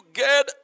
get